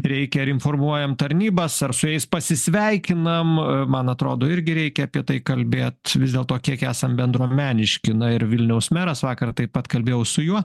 reikia ir informuojam tarnybas ar su jais pasisveikinam man atrodo irgi reikia apie tai kalbėt vis dėlto kiek esam bendruomeniški na ir vilniaus meras vakar taip pat kalbėjau su juo